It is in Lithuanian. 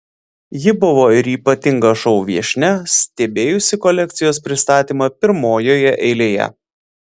ji buvo ir ypatinga šou viešnia stebėjusi kolekcijos pristatymą pirmojoje eilėje